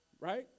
Right